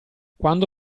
quando